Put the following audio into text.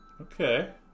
Okay